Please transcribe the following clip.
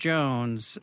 Jones